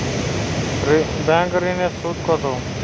Bank ঋন এর সুদ কত?